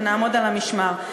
ונעמוד על המשמר.